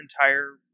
entire